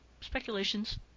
speculation's